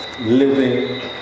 Living